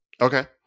Okay